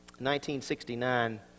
1969